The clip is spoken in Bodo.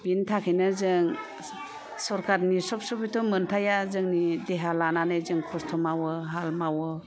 बिनि थाखायनो जों सरकारनि सुब सबिथ' मोनखाया जोंनि देहा लानानै जों खस्थ' मावो हाल मावो